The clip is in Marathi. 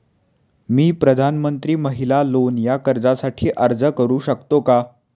मी प्रधानमंत्री महिला लोन या कर्जासाठी अर्ज करू शकतो का?